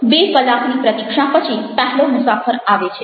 બે કલાકની પ્રતીક્ષા પછી પહેલો મુસાફર આવે છે